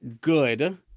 good